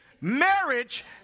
Marriage